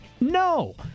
No